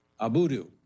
Abudu